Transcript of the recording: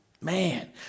Man